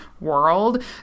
world